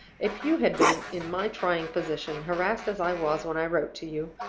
if you had been in my trying position, harassed as i was when i wrote to you,